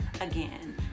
again